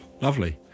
Lovely